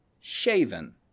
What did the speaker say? shaven